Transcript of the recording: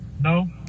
no